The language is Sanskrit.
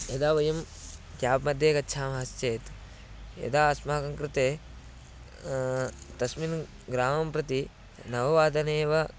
यदा वयं केब्मध्ये गच्छामश्चेत् यदा अस्माकं कृते तस्मिन् ग्रामं प्रति नववादने एव